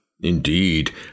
Indeed